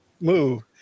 move